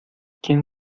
quién